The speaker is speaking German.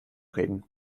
reden